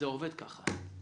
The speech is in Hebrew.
זה עובד כך.